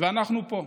ואנחנו פה.